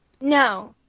No